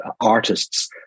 artists